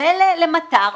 ולמטר,